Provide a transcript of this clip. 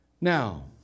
Now